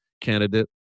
candidate